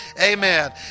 Amen